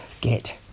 get